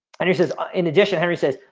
and this is in addition, henry says.